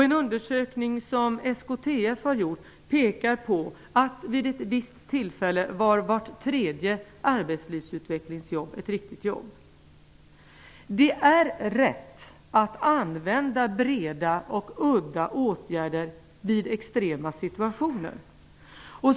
En undersökning som SKTF har gjort pekar på att vid ett visst tillfälle var vart tredje arbetslivsutvecklingsjobb ett riktigt arbete. Det är rätt att använda breda och udda åtgärder vid extrema situationer.